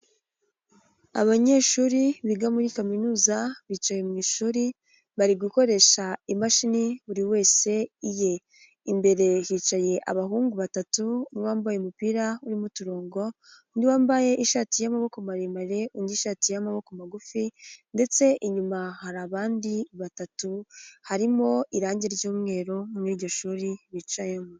Abanyeshuri biga muri kaminuza bicaye mu ishuri bari gukoresha imashini buri wese iye. Imbere hicaye abahungu batatu bambaye umupira urimo uturongo, umwe wambaye ishati y'amaboko maremare undi ishati y'amaboko magufi, ndetse inyuma hari abandi batatu harimo irangi ry'umweru muri iryo shuri bicayemo.